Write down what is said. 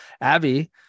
Abby